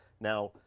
now,